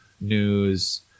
news